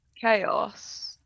chaos